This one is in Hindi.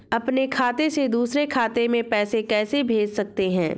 अपने खाते से दूसरे खाते में पैसे कैसे भेज सकते हैं?